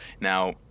Now